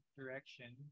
direction